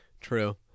True